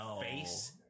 face